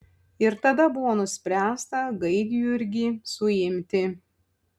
ir tada buvo nuspręsta gaidjurgį suimti